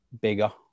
bigger